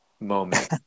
moment